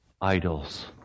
idols